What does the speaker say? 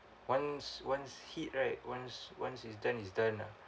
once once hit right once once it's done it's done ah